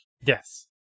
Yes